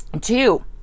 Two